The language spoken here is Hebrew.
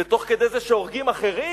זה תוך כדי זה שהורגים אחרים